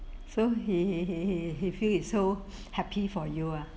so he he he he he feel is so happy for you ah